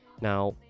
now